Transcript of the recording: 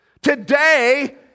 Today